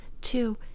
Two